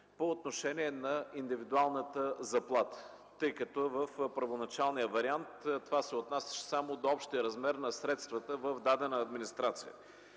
по отношение на индивидуалната заплата, тъй като в първоначалния вариант това се отнасяше само до общия размер на средствата в дадена администрация.